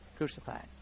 Crucified